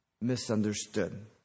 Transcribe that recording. misunderstood